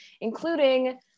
including